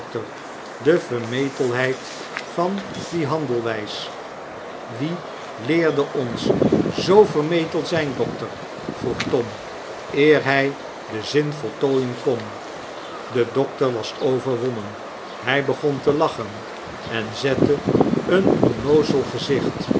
de vermetelheid van die handelwgs wie leerde ons zoo vermetel zjjn dokter p vroeg tom eer hjj den ziu voltooien kon de dokter was overwonnen hij begon te lachen en zette een onnoozel gezicht